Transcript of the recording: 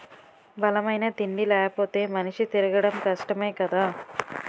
బలమైన తిండి లేపోతే మనిషి తిరగడం కష్టమే కదా